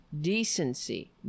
decency